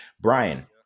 Brian